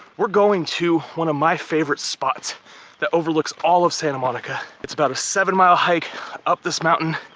we're going to one of my favorite spots that overlooks all of santa monica. it's about a seven mile hike up this mountain.